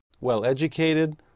well-educated